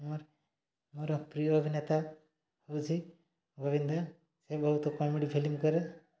ମୋର ପ୍ରିୟ ଅଭିନେତା ହେଉଛି ଗୋବିନ୍ଦା ସେ ବହୁତ କମେଡ଼ି ଫିଲ୍ମ କରେ